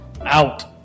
Out